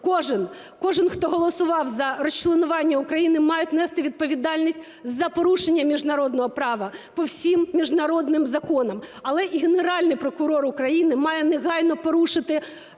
кожен, хто голосував за розчленування України, мають нести відповідальність за порушення міжнародного права по всім міжнародним законам, але і Генеральний прокурор України має негайно порушити